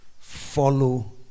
Follow